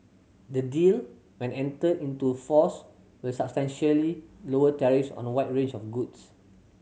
the deal when entered into force will substantially lower tariffs on a wide range of goods